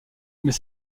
mais